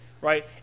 right